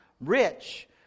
rich